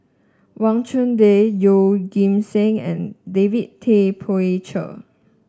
Wang Chunde Yeoh Ghim Seng and David Tay Poey Cher